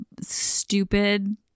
stupid